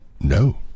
No